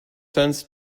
since